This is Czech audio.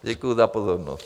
Děkuju za pozornost.